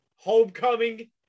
homecoming